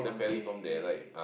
okay okay